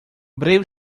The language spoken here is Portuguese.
breve